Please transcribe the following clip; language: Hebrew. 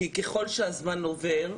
כי ככל שהזמן עובר,